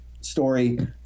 story